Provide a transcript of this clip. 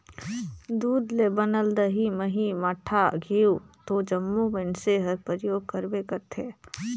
दूद ले बनल दही, मही, मठा, घींव तो जम्मो मइनसे हर परियोग करबे करथे